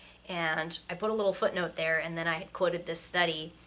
and i put a little footnote there, and then i quoted this study,